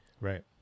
right